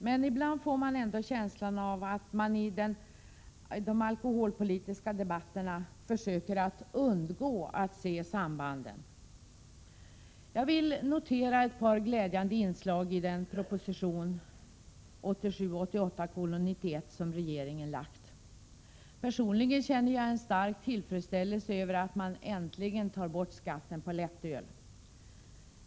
Men ibland får man ändå känslan av att man i de alkoholpolitiska debatterna försöker att undgå att se sambanden. Jag vill notera ett par glädjande inslag i den proposition 1987/88:91 som regeringen har lagt fram. Personligen känner jag en stark tillfredsställelse över att man äntligen tar bort skatten på lättöl.